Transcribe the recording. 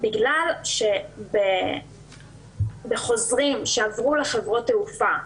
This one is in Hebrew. בגלל שבחוזרים שעברו לחברות תעופה,